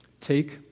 take